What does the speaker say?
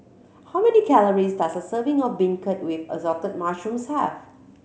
how many calories does a serving of beancurd with Assorted Mushrooms have